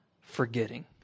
forgetting